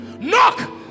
Knock